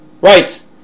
right